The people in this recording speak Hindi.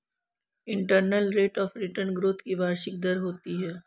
internal rate of return growth की वार्षिक दर होती है